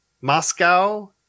Moscow